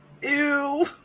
Ew